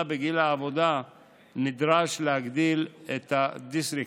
בגיל העבודה נדרש להגדיל את הדיסרגרד.